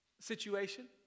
situation